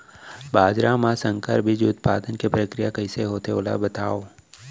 बाजरा मा संकर बीज उत्पादन के प्रक्रिया कइसे होथे ओला बताव?